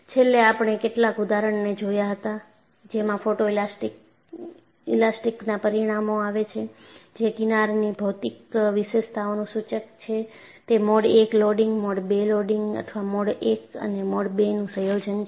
છેલ્લેઆપણે કેટલાક ઉદાહરણોને જોયા હતા જેમાં ફોટોઇલાસ્ટીકના પરિણામો આવે છેજે કિનારની ભૌમિતિક વિશેષતાઓનું સૂચક છે તે મોડ 1 લોડિંગ મોડ 2 લોડિંગ અથવા મોડ 1 અને મોડ 2 નું સંયોજન છે